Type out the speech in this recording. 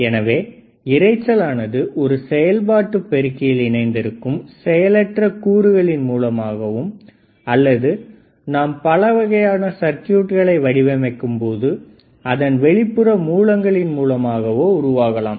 எனவே இறைச்சல் ஆனது ஒரு செயல்பாட்டு பெருக்கியில் இணைந்திருக்கும் செயலற்ற கூறுகளின் மூலமாகவும் அல்லது நாம் பல வகையான சர்க்யூட்களை வடிவமைக்கும்போது அதன் வெளிப்புற மூலங்களின் மூலமாகவும் உருவாகலாம்